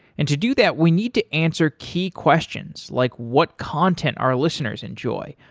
and to do that we need to answer key questions, like what content our listeners enjoy?